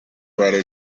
writer